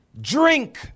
drink